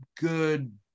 good